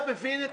אתה מבין את